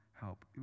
help